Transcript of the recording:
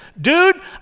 dude